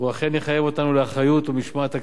אכן יחייב אותנו לאחריות ומשמעת תקציבית.